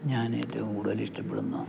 ഞാൻ ഏറ്റവും കൂടുതൽ ഇഷ്ടപ്പെടുന്ന